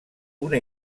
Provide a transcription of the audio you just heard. una